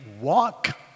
walk